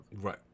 Right